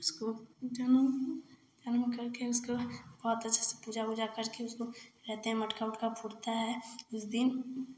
उसको जनम हमलोग करके उसको बहुत अच्छे से पूजा उजा करके उसको रहते हैं मटका उटका फूटता है उस दिन